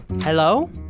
Hello